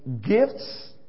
gifts